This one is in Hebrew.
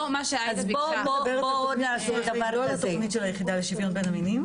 את מדברת לא על התכנית של היחידה לשוויון בין המינים.